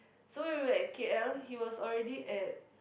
so we were at K_L he was already at